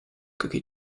cookie